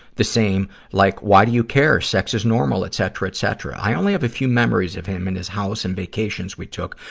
the same, like why do you care? sex is normal, etcetera, etcetera. i only have a few memories of him and his house and vacations we took.